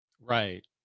Right